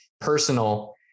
personal